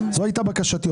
זו הייתה בקשתי.